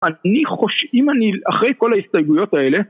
אני חושב... אם אני אחרי כל ההסתייגויות האלה